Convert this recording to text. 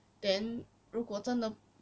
then 如果真的